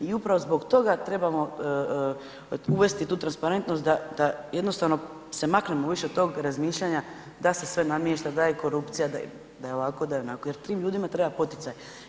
I upravo zbog toga trebamo uvesti tu transparentnost da jednostavno se maknemo više od tog razmišljanja da se sve namješta, da je korupcija, da je ovako, da je onako jer tim ljudima treba poticaj.